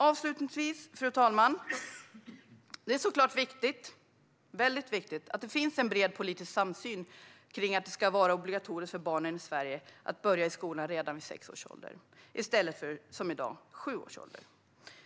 Avslutningsvis, fru talman, är det såklart viktigt att det finns en bred politisk samsyn kring att det ska vara obligatoriskt för barnen i Sverige att börja i skolan redan vid sex års ålder, i stället för som i dag vid sju års ålder.